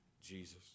Jesus